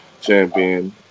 champion